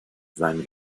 sein